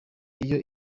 iyo